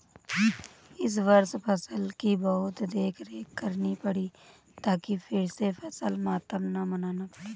इस वर्ष फसल की बहुत देखरेख करनी पड़ी ताकि फिर से फसल मातम न मनाना पड़े